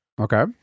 Okay